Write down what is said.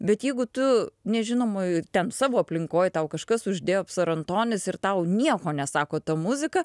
bet jeigu tu nežinomoj ten savo aplinkoj tau kažkas uždėjo psarantonis ir tau nieko nesako ta muzika